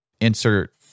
insert